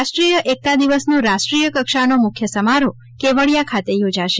રાષ્ટ્રીમીય એકતા દિવસનો રાષ્ટ્રીતાય કક્ષાનો મુખ્ય સમારોહ કેવડિયા ખાતે યોજાશે